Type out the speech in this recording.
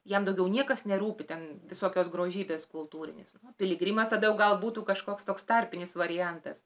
jam daugiau niekas nerūpi ten visokios grožybės kultūrinės piligrimas tada gal būtų kažkoks toks tarpinis variantas